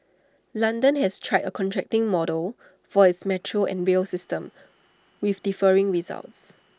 London has tried A contracting model for its metro and rail system with differing results